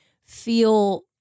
feel